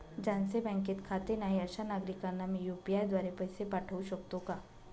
ज्यांचे बँकेत खाते नाही अशा नागरीकांना मी यू.पी.आय द्वारे पैसे पाठवू शकतो का?